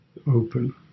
open